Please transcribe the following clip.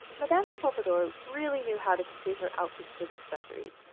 madame de pompadour really knew how to complete her outfits with accessories.